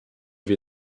wir